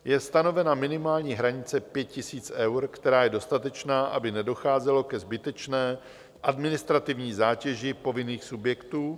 Je stanovena minimální hranice 5 000 eur, která je dostatečná, aby nedocházelo ke zbytečné administrativní zátěži povinných subjektů.